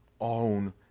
own